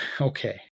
okay